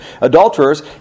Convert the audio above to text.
Adulterers